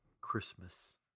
Christmas